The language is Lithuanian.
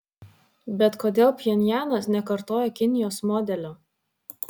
bet kodėl pchenjanas nekartoja kinijos modelio